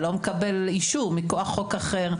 אבל לא מקבל אישור מכוח חוק אחר.